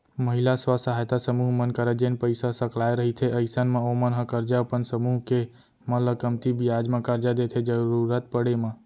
महिला स्व सहायता समूह मन करा जेन पइसा सकलाय रहिथे अइसन म ओमन ह करजा अपन समूह के मन ल कमती बियाज म करजा देथे जरुरत पड़े म